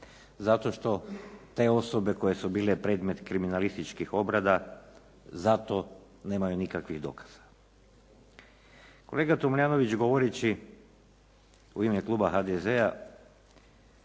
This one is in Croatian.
zato što te osobe koje su bile predmet kriminalističkih obrada za to nemaju nikakvih dokaza. Kolega Tomljanović govoreći u ime Kluba HDZ-a